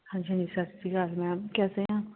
ਹਾਜੀ ਹਾਂਜੀ ਸਤਿ ਸ਼੍ਰੀ ਅਕਾਲ ਮੈਮ ਕੈਸੇ ਹੈ ਆਪ